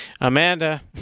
Amanda